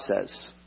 says